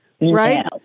right